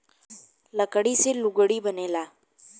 लकड़ी से लुगड़ी बनेला